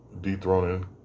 Dethroning